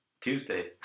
tuesday